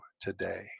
today